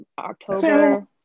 October